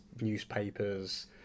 newspapers